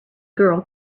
girl